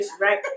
right